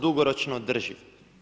dugoročno održiv.